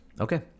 Okay